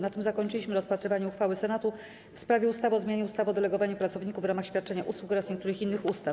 Na tym zakończyliśmy rozpatrywanie uchwały Senatu w sprawie ustawy o zmianie ustawy o delegowaniu pracowników w ramach świadczenia usług oraz niektórych innych ustaw.